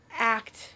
act